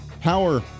power